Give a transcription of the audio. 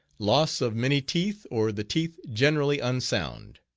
loss of many teeth, or the teeth generally unsound.